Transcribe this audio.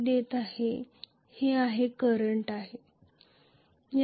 या टप्प्यावर आपण मुळात मी हालचालीस परवानगी देत आहे की नाही याबद्दल बोलत आहोत